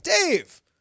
Dave